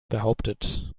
behauptet